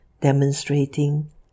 demonstrating